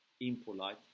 impolite